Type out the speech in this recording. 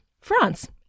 France